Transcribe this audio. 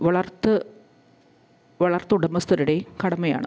വളർത്ത് വളർത്തുടമസ്ഥരുടെയും കടമയാണ്